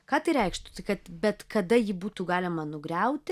ką tai reikštų tai kad bet kada jį būtų galima nugriauti